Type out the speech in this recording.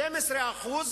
12%